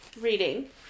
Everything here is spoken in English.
reading